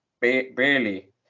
barely